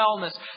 wellness